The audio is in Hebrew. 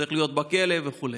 שצריך להיות בכלא וכו'.